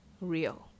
real